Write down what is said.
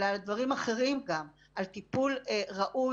אלא על דברים אחרים גם: על טיפול ראוי,